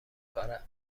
کار